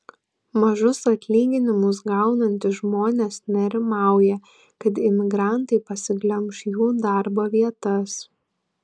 mažus atlyginimus gaunantys žmonės nerimauja kad imigrantai pasiglemš jų darbo vietas